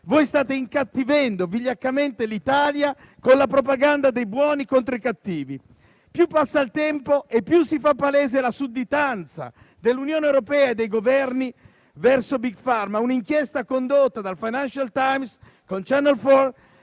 voi state incattivendo vigliaccamente l'Italia con la propaganda dei buoni contro i cattivi. Più passa il tempo e più si fa palese la sudditanza dell'Unione europea e dei Governi verso Big Pharma. Un'inchiesta condotta dal «Financial Times» con Channel 4